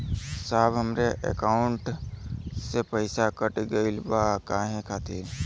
साहब हमरे एकाउंट से पैसाकट गईल बा काहे खातिर?